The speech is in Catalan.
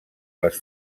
les